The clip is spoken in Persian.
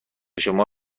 شما